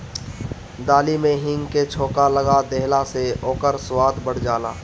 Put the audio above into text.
दाली में हिंग के छौंका लगा देहला से ओकर स्वाद बढ़ जाला